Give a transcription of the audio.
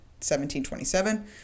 1727